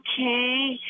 okay